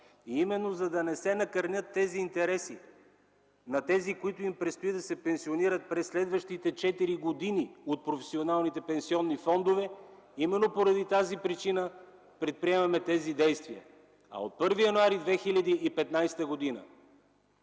Именно за да не се накърнят интересите на тези, които им предстои да се пенсионират през следващите четири години от професионалните пенсионни фондове, именно поради тази причина предприемаме тези действия. От 1 януари 2015 г.